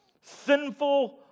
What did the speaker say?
Sinful